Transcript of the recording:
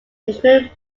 included